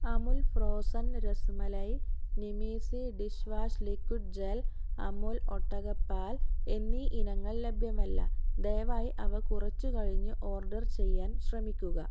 Amul frozen rasmalai നിമീസ് dish wash liquid gel Amul ഒട്ടകപ്പാൽ എന്നീ ഇനങ്ങൾ ലഭ്യമല്ല ദയവായി അവ കുറച്ചുകഴിഞ്ഞു ഓർഡർ ചെയ്യാൻ ശ്രമിക്കുക